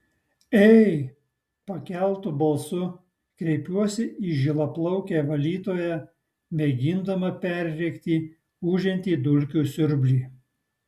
ei pakeltu balsu kreipiuosi į žilaplaukę valytoją mėgindama perrėkti ūžiantį dulkių siurblį